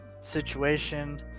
situation